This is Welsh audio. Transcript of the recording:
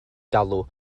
galw